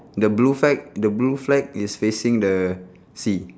the blue flag the blue flag is facing the sea